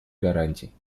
гарантий